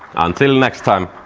until next time!